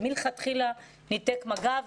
שמלכתחילה ניתק מגע,